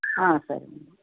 సరే